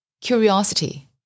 Curiosity